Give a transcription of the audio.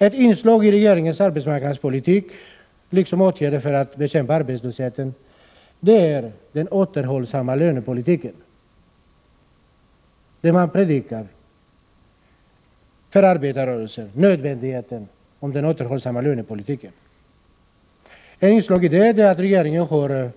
Ett inslag i regeringens arbetsmarknadspolitik är att man predikar återhållsamhet i fråga om lönerna. Regeringen har